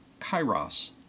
kairos